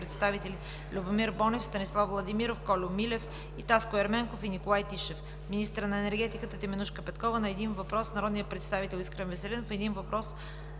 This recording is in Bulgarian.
представители Любомир Бонев; Станислав Владимиров; Кольо Милев и Таско Ерменков; и Николай Тишев; - министърът на енергетиката Теменужка Петкова – на един въпрос от народния представител Искрен Веселинов; и на един въпрос